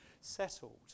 settled